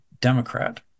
Democrat